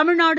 Tamil Nadu